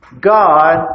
God